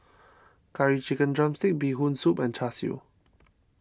Curry Chicken Drumstick Bee Hoon Soup and Char Siu